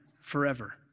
forever